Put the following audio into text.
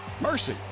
Mercy